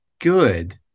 good